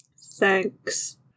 thanks